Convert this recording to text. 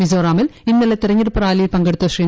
മിസോറാമിൽ ഇന്നലെ ര്തരഞ്ഞെടുപ്പ് റാലിയിൽ പങ്കെടുത്ത ശ്രീ